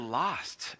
lost